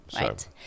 right